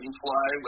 fly